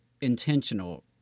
intentional